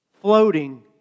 floating